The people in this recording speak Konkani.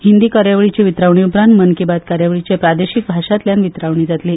हिंदी कार्यावळीचें वितरावणी उपरांत मन की बात कार्यावळीचे प्रादेशीक भाशांतल्यान वितरावणी जातली